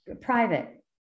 private